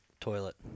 Toilet